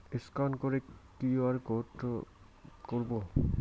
Scan করে কি করে ইউ.পি.আই করবো?